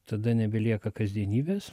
tada nebelieka kasdienybės